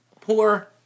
poor